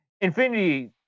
infinity